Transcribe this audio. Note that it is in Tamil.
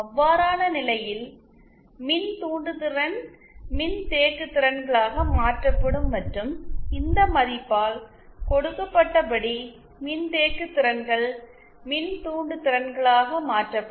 அவ்வாறான நிலையில் மின்தூண்டுத்திறன் மின்தேக்குத்திறன்களாக மாற்றப்படும் மற்றும் இந்த மதிப்பால் கொடுக்கப்பட்டபடி மின்தேக்குத்திறன்கள் மின்தூண்டுத்திறன்களாக மாற்றப்படும்